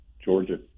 Georgia